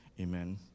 Amen